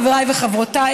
חבריי וחברותיי,